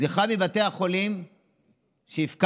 סליחה מבתי החולים שהפקרתם,